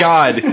God